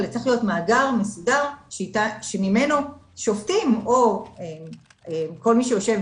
אלא זה צריך להיות מאגר מסודר שממנו שופטים או כל מי שיושב